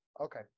Okay